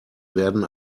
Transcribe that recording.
werden